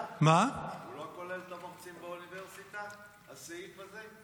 לא כולל את המרצים באוניברסיטה, הסעיף הזה?